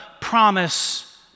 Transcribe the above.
promise